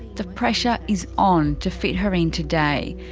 the pressure is on to fit her in today.